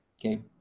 okay